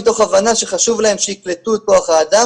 מתוך הבנה שחשוב להם שיקלטו את כוח האדם,